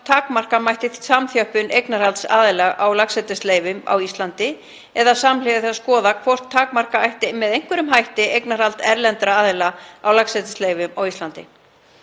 takmarka mætti samþjöppun eignarhalds aðila á laxeldisleyfum á Íslandi og skoða samhliða því hvort takmarka ætti með einhverjum hætti eignarhald erlendra aðila á laxeldisleyfum á Íslandi.